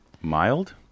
mild